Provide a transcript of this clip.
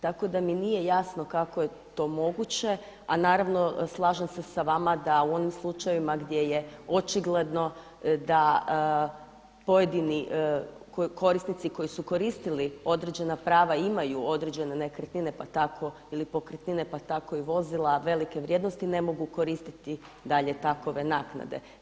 Tako da mi nije jasno kako je to moguće a naravno slažem se sa vama da u onim slučajevima gdje je očigledno da pojedini korisnici koji su koristili određena prava imaju određene nekretnine pa tako ili pokretnine pa tako i vozila, velike vrijednosti ne mogu koristiti dalje takve naknade.